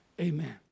Amen